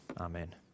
Amen